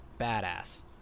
Badass